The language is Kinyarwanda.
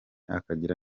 akagira